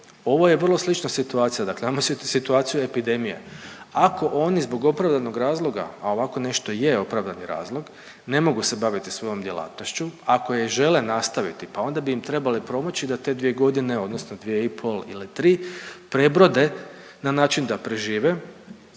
Ovo je vrlo slična situacija, dakle imamo situaciju epidemije. Ako oni zbog opravdanog razloga, a ovako nešto je opravdani razlog ne mogu se baviti svojom djelatnošću, ako je i žele nastaviti pa onda bi im trebali pomoći da te dvije godine, odnosno dvije i pol ili tri prebrode na način da prežive,